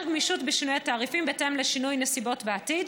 גמישות בשינוי התעריפים בהתאם לשינוי נסיבות בעתיד.